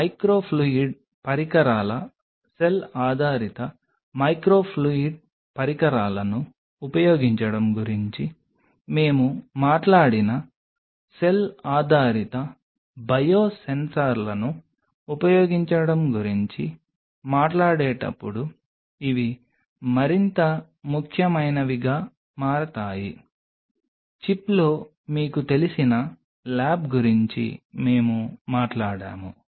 microfluid పరికరాల cell ఆధారిత microfluid పరికరాలను ఉపయోగించడం గురించి మేము మాట్లాడిన సెల్ ఆధారిత బయోసెన్సర్లను ఉపయోగించడం గురించి మాట్లాడేటప్పుడు ఇవి మరింత ముఖ్యమైనవిగా మారతాయి చిప్లో మీకు తెలిసిన ల్యాబ్ గురించి మేము మాట్లాడాము